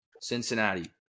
Cincinnati